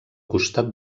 costat